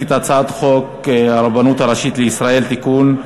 את הצעת חוק הרבנות הראשית לישראל (תיקון,